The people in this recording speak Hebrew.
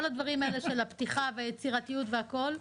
כל הדברים האלה של הפתיחה והיצירתיות והכול.